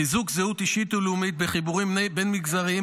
חיזוק זהות אישית ולאומית בחיבורים בין-מגזריים